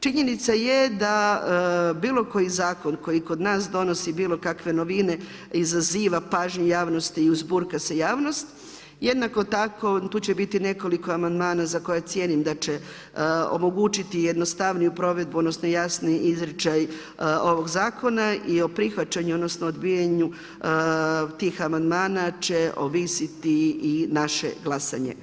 Činjenica je da bilo koji zakon, koji kod nas donosi bilo kakve novine i izaziva pažnju javnosti i uzburka se javnost, jednako tako tu će biti nekoliko amandmana za koje cijenim da će omogućiti jednostavniju provedbu, onda, jasniji izričaj ovog zakona i o prihvaćanju, odnosno, odbijanju tih amandmana, će ovisiti i naš glasanje.